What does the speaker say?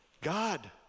God